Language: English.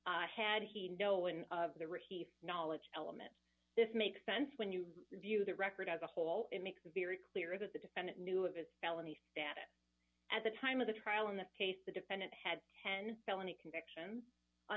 trial had he no one of the received knowledge element this makes sense when you view the record as a whole it makes very clear that the defendant knew of his felony status at the time of the trial in this case the defendant had ten felony convictions a